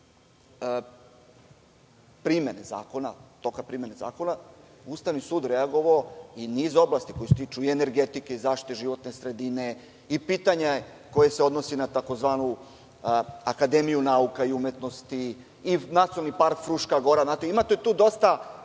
donošenja zakona i primene zakona je Ustavni sud reagovao iz niza oblasti koja se tiču energetike, zašite životne sredine i pitanje koje se odnosi na tzv. Akademiju nauka i umetnosti i Nacionalni park „Fruška Gora“. Imate tu dosta